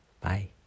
Bye